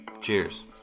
Cheers